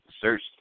search